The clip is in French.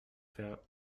faire